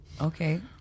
Okay